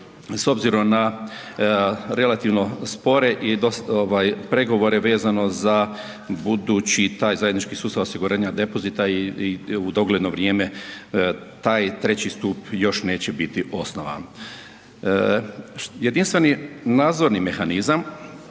s obzirom na relativno spore pregovore vezano za budući taj zajednički sustav osiguranja depozita i u dogledno vrijeme taj treći stup još neće biti osnovan. Jedinstveni nadzorni mehanizam